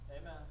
Amen